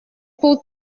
pour